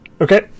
Okay